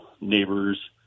neighbors